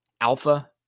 alpha